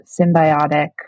symbiotic